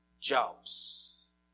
jobs